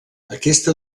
aquesta